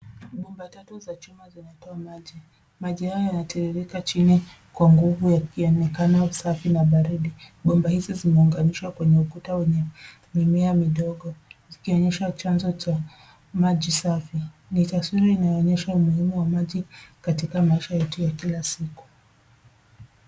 Bomba tatu za chuma zinatoa maji. Maji hayo yanatiririka chini kwa nguvu ya yaonekana safi na baridi. Bomba hizo zimeunganishwa kwenye ukuta wenye mimea midogo zikionyesha chanzo cha maji safi ni taswira inayoonyesha umuhimu wa maji katika maisha yetu ya kila siku.